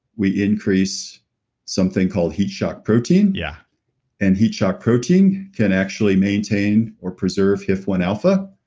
we increase something called heat shock protein, yeah and heat shock protein can actually maintain or preserve hif one alpha.